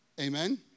Amen